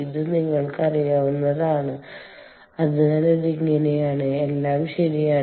ഇത് നിങ്ങൾക്ക് അറിയാവുന്നതാണ് അതിനാൽ ഇത് ഇങ്ങനെയാണ് എല്ലാം ശരിയാണ്